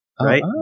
right